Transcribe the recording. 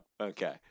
Okay